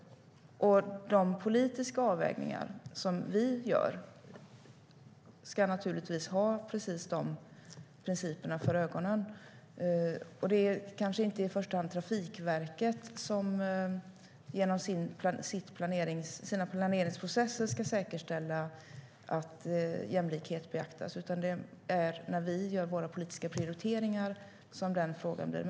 De politiska avvägningar som vi gör ska naturligtvis bygga på precis de principerna. Det kanske inte är Trafikverket i första hand som genom sina planeringsprocesser ska säkerställa att jämlikhet beaktas. Den frågan blir mest aktuell när vi gör våra politiska prioriteringar.